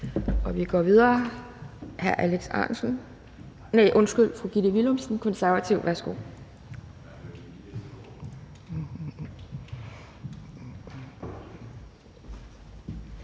Og vi går videre